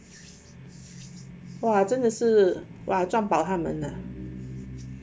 哇真的是赚饱他们了